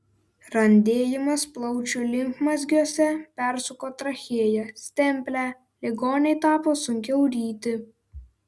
randėjimas plaučių limfmazgiuose persuko trachėją stemplę ligonei tapo sunkiau ryti